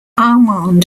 armand